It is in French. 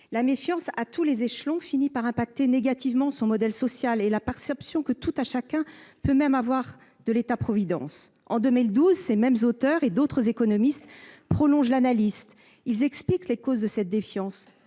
La méfiance à tous les échelons finit par affecter négativement notre modèle social et la perception que chacun peut avoir de l'État providence. En 2012, ces mêmes auteurs, ainsi que d'autres économistes, prolongent l'analyse et expliquent les causes de cette défiance,